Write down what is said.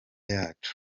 yacu